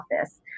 office